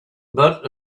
but